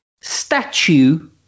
statue